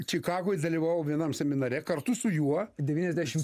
čikagoj dalyvavau vienam seminare kartu su juo devyniasdešim